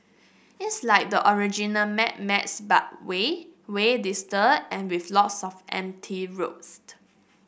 it's like the original Mad Max but way way dustier and with lots of empty roads